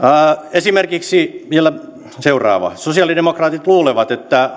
esimerkiksi vielä seuraava sosialidemokraatit luulevat että